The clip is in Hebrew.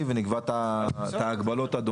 אתה יכול להעלות את זה בהסתייגויות זה בסדר.